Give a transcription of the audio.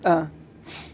uh